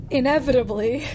inevitably